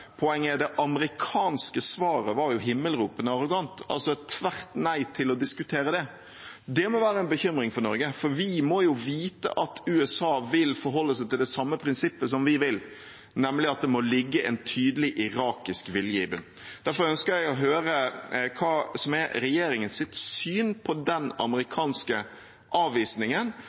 Poenget er at det amerikanske svaret var himmelropende arrogant – et tvert nei til å diskutere det. Det må være en bekymring for Norge, for vi må jo vite at USA vil forholde seg til det samme prinsippet som vi vil, nemlig at det må ligge en tydelig irakisk vilje i bunnen. Derfor ønsker jeg å høre hva som er regjeringens syn på den amerikanske avvisningen.